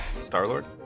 Star-Lord